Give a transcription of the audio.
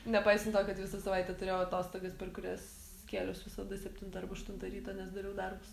nepaisant to kad visą savaitę turėjau atostogas per kurias kėliaus visada septintą arba aštuntą ryto nes dariau darbus